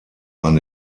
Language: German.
man